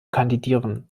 kandidieren